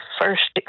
first